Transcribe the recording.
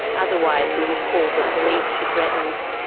otherwise we will call the police, she threatens.